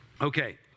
Okay